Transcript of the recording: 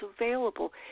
available